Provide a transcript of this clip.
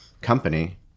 company